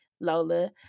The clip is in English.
Lola